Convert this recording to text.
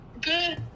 Good